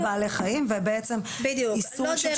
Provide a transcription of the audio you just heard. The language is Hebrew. בעלי חיים ובעצם איסור של שיווק ומכירה.